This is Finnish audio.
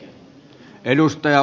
oletteko te